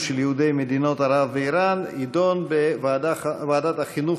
של יהודי מדינות ערב ואיראן יידון בוועדת החינוך,